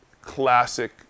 classic